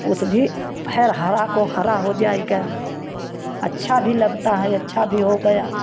उस भी फिर हरा को हरा हो जाएगा अच्छा भी लगता है अच्छा भी हो गया